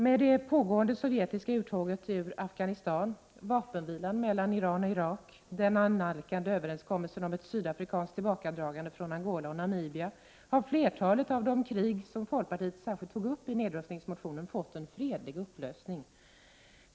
Med det pågående sovjetiska uttåget ut ur Afghanistan, vapenvilan mellan Iran och Irak, den annalkande överenskommelsen om ett sydafrikanskt tillbakadragande från Angola och Namibia har flertalet av de krig som folkpartiet särskilt tog upp i nedrustningsmotionen fått en fredlig upplösning.